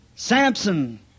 Samson